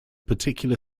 particular